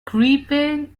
creeping